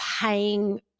paying